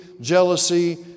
jealousy